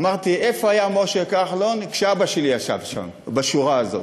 אמרתי: איפה היה משה כחלון כשאבא שלי ישב שם בשורה הזאת?